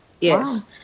yes